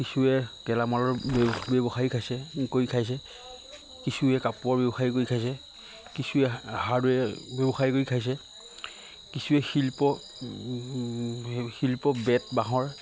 কিছুৱে গেলামালৰ ব্যৱ ব্যৱসায় খাইছে কৰি খাইছে কিছুৱে কাপোৰৰ ব্যৱসায়ী কৰি খাইছে কিছুৱে হাৰ্ডৱেৰ ব্যৱসায় কৰি খাইছে কিছুৱে শিল্প শিল্প বেত বাঁহৰ